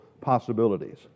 possibilities